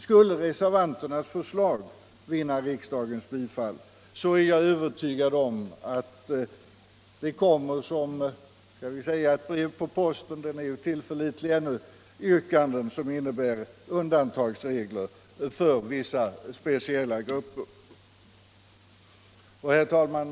Skulle reservanternas förslag vinna riksdagens bifall är jag övertygad om att det kommer, skall vi säga som ett brev på posten, yrkanden som innebär undantagsregler för vissa speciella grupper. Herr talman!